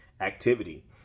activity